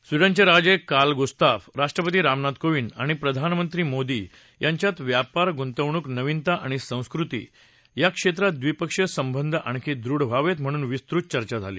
स्वीडनचे राजे Carl Gustaf राष्ट्रपती रामनाथ कोविंद आणि प्रधानमंत्री नरेंद्र मोदी यांच्या व्यापार गुंतवणूक नवीनता आणि संस्कृती या क्षेत्रात द्विपक्षीय संबंध आणखी दृढ व्हावेत म्हणू विस्तृत चर्चा झाली